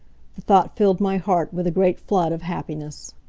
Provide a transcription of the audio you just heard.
thought filled my heart with a great flood of happiness.